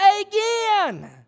again